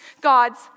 God's